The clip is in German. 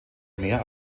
mehr